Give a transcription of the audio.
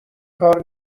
کار